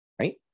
right